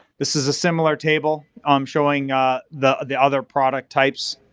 this is a similar table um showing the the other product types.